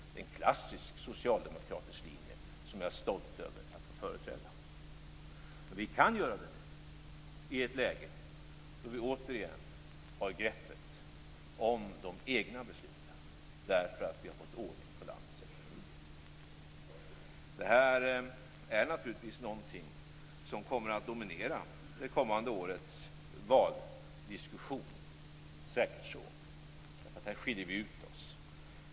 Det är en klassisk socialdemokratisk linje som jag är stolt över att få företräda. Vi kan nu göra det här i ett läge då vi återigen har greppet om de egna beslutet eftersom vi har fått ordning på landet ekonomi. Det här är naturligtvis något som kommer att dominera det kommande årets valdiskussion. Det är säkert så, för här skiljer vi ut oss.